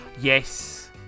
Yes